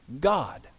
God